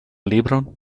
libron